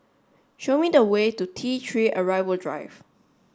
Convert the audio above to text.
show me the way to T three Arrival Drive